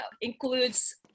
includes